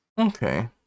Okay